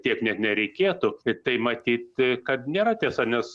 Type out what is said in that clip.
tiek net nereikėtų ir tai matyt kad nėra tiesa nes